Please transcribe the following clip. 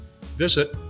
visit